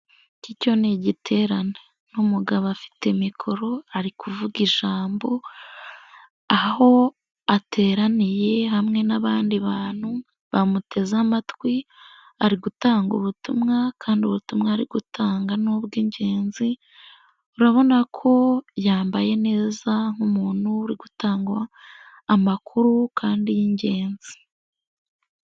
Iki cyo ni igiterane n'umugabo afite mikoro ari kuvuga ijambo aho ateraniye hamwe n'abandi bantu bamuteze amatwi, ari gutanga ubutumwa kandi ubutumwa ari gutanga ni ubw'ingenzi urabona ko yambaye neza nk'umuntu uri gutanga amakuru kandi y'ingenzi.